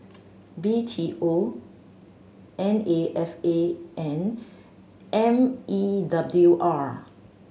B T O N A F A and M E W R